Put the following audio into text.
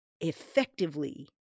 effectively